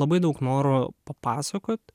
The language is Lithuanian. labai daug noro papasakot